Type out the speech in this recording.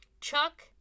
Chuck